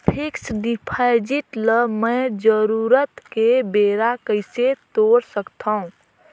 Fixed deposit ल मैं जरूरत के बेरा कइसे तोड़ सकथव?